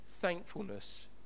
thankfulness